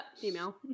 Female